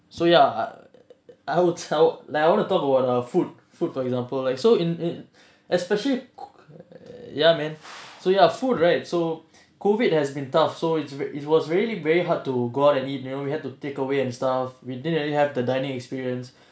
so ya I will tell like I want to talk about the food food for example like so in in especially ya man so ya food right so COVID has been tough so it's it was really very hard to go out and eat you know you have to take away and stuff we didn't really have the dining experience